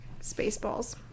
Spaceballs